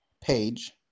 page